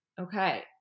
Okay